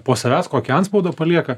po savęs kokį antspaudą palieka